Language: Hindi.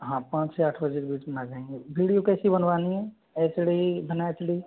हाँ पांच से आठ बजे के बीच आ जाएंगे वीडियो कैसी बनवानी हैं एच डी बिना एच डी